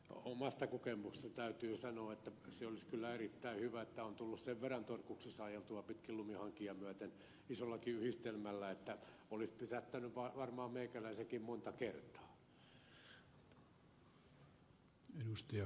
omasta kokemuksesta täytyy sanoa että se olisi kyllä erittäin hyvä kun on tullut sen verran torkuksissa ajeltua lumihankia myöten isollakin yhdistelmällä että se olisi pysäyttänyt varmaan meikäläisenkin monta kertaa